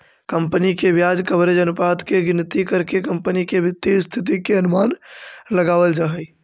company के ब्याज coverage अनुपात के गिनती करके कंपनी के वित्तीय स्थिति के अनुमान लगावल जा हई